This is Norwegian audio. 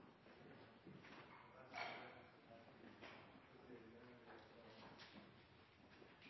er rede til